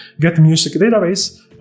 getMusicDatabase